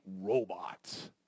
robots